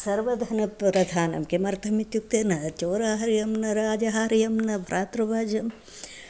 सर्वधनप्रधानं किमर्थम् इत्युक्ते न चोराहार्यं न राजहार्यं न भ्रातृभाजम्